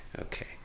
Okay